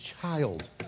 child